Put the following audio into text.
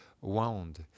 wound